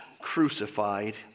crucified